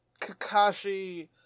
Kakashi